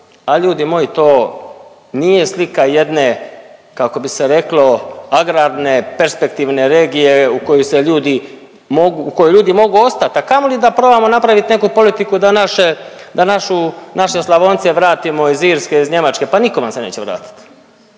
a ljudi moji to nije slika jedne kako bi se reklo agrarne perspektivne regije u koju se ljudi mo… u kojoj ljudi mogu ostati, a kamoli da probamo napraviti neku politiku da naše, da našu, naše Slavonce vratimo iz Irske, iz Njemačke, pa niko vam se neće vratiti,